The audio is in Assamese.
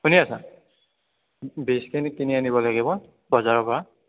শুনি আছা বীজখিনি কিনি আনিব লাগিব বজাৰৰপৰা